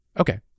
okay